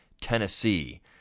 Tennessee